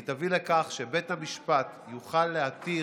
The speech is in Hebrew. היא תביא לכך שבית המשפט יוכל להתיר